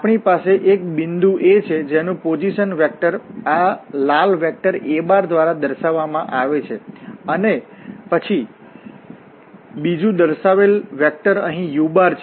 આપણી પાસે એક બિંદુ A છે જેનુ પોઝિશન વેક્ટર આ લાલ વેક્ટરa દ્વારા દર્શાવવામાં આવે છે અને પછી બીજું દર્શાવેલ વેક્ટરઅહીં u છે